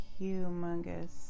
humongous